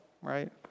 right